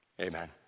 Amen